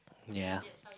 ya